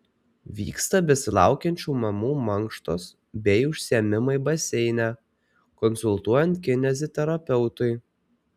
vyksta besilaukiančių mamų mankštos bei užsiėmimai baseine konsultuojant kineziterapeutui